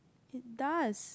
it does